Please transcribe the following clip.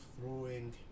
throwing